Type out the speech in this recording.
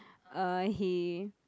uh he